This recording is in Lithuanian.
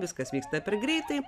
viskas vyksta per greitai